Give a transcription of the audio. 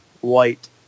white